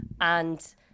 And-